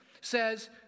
Says